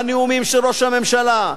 בנאומים של ראש הממשלה,